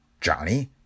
Johnny